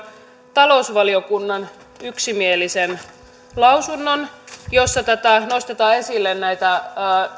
talousvaliokunnan yksimielisen lausunnon jossa nostetaan esille näitä